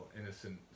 innocent